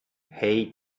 hate